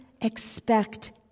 expect